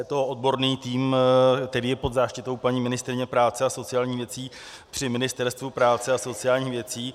Je to odborný tým, který je pod záštitou paní ministryně práce a sociálních věcí při Ministerstvu práce a sociálních věcí.